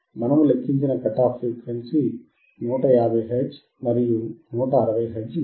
మనము లెక్కించిన cut off frequency 150 hertz మరియు 160 హెర్ట్జ్ మధ్య